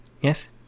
yes